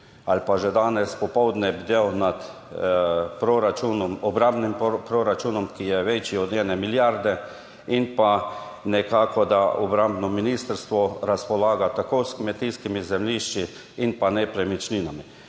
ali pa že danes popoldne bdel nad proračunom, obrambnim proračunom, ki je večji od ene milijarde, in da obrambno ministrstvo razpolaga tako s kmetijskimi zemljišči kot nepremičninami.